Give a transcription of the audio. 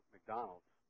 McDonald's